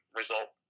result